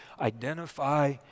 identify